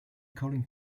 calling